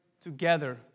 together